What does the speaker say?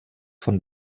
von